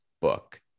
book